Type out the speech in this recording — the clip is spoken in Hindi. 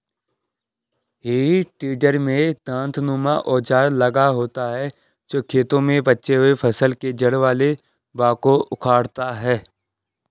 हेइ टेडर में दाँतनुमा औजार लगा होता है जो खेतों में बचे हुए फसल के जड़ वाले भाग को उखाड़ता है